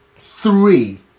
three